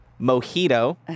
Mojito